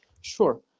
Sure